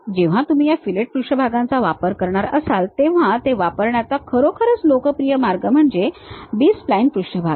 जेव्हा तुम्ही या फिलेट पृष्ठभागांचा वापर करणार असाल तेव्हा ते वापरण्याचा खरोखरच लोकप्रिय मार्ग म्हणजे बी स्प्लाइन पृष्ठभाग